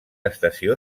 estació